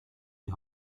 die